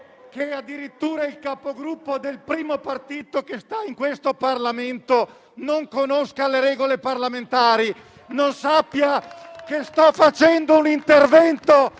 che addirittura il Capogruppo del primo partito che sta in questo Parlamento non conosca le regole parlamentari e non sappia che sto facendo un intervento